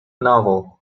novel